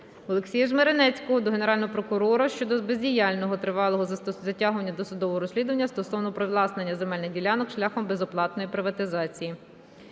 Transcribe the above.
Олексія Жмеренецького до Генерального прокурора щодо бездіяльного тривалого затягування досудового розслідування стосовно привласнення земельних ділянок шляхом безоплатної приватизації.